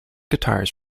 guitars